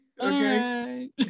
okay